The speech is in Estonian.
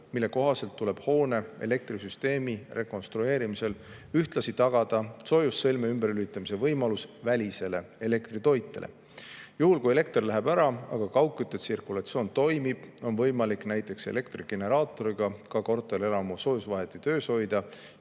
mille kohaselt tuleb hoone elektrisüsteemi rekonstrueerimisel ühtlasi tagada soojussõlme ümberlülitamise võimalus välisele elektritoitele. Juhul kui elekter läheb ära, aga kaugkütte tsirkulatsioon toimib, on võimalik näiteks elektrigeneraatoriga ka korterelamu soojusvaheti töös hoida